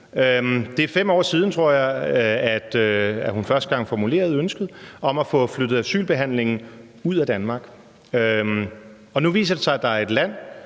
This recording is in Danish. Det er 5 år siden, tror jeg, at hun første gang formulerede ønsket om at få flyttet asylbehandlingen ud af Danmark. Og nu viser det sig – det vil sige,